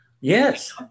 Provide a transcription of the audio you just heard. yes